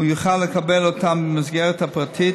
הוא יוכל לקבל אותם במסגרת הפרטית,